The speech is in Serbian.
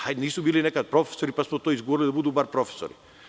Hajde, nisu bili nekad profesori, pa smo to izgurali da budu makar profesori.